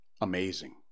amazing